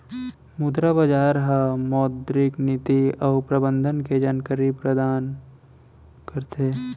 मुद्रा बजार ह मौद्रिक नीति अउ प्रबंधन के जानकारी परदान करथे